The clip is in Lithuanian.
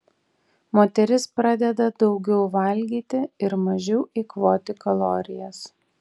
moteris pradeda daugiau valgyti ir mažiau eikvoti kalorijas